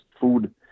food